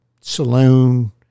saloon